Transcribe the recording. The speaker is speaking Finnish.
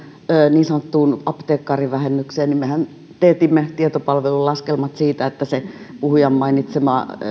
niin sanottuun apteekkarivähennykseen niin mehän teetimme tietopalvelulaskelmat siitä että se puhujan mainitsema